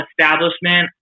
establishment